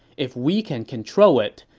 if we can control it,